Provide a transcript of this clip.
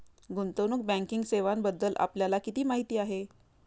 गुंतवणूक बँकिंग सेवांबद्दल आपल्याला किती माहिती आहे?